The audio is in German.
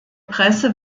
presse